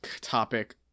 topic